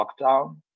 lockdown